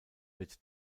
wird